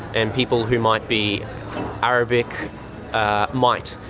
and people who might be arabic might.